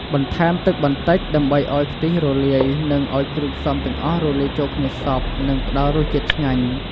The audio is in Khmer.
បន្ថែមទឹកបន្តិចដើម្បីឱ្យខ្ទិះរលាយ និងឱ្យគ្រឿងផ្សំទាំងអស់លាយចូលគ្នាសព្វ និងផ្តល់រសជាតិឆ្ងាញ់។